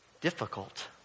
difficult